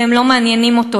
והם לא מעניינים אותו.